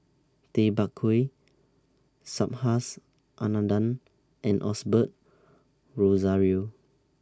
Tay Bak Koi Subhas Anandan and Osbert Rozario